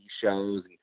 shows